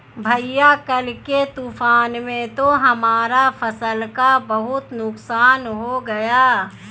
भैया कल के तूफान में तो हमारा फसल का बहुत नुकसान हो गया